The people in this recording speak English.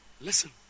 listen